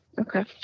Okay